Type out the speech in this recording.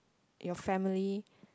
your family